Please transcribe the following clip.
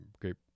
great